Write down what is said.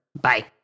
Bye